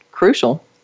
crucial